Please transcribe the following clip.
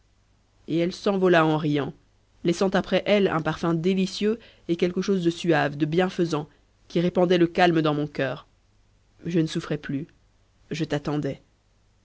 et elle s'envola en riant laissant après elle un parfum délicieux et quelque chose de suave de bienfaisant qui répandait le calme dans mon coeur je ne souffrais plus je t'attendais